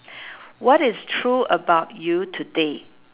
what is true about you today